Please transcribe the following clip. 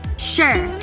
sure.